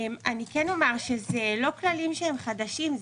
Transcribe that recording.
זה לא כללים שהם חדשים.